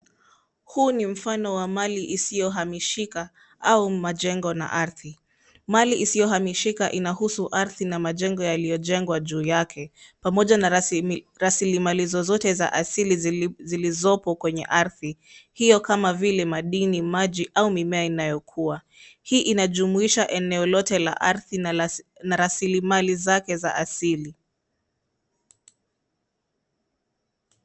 Huu ni mfano wa mali isiyohamishika au majengo na ardhi. Mali isiyohamishika inahusu ardhi na majengo yaliyojengwa juu yake, pamoja na rasilimali zozote za asili zilizopo kwenye ardhi hiyo kama vile madini, maji au mimea inayokua. Hii inajumuisha eneo lote la ardhi na rasilimali zake za asili.